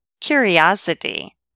curiosity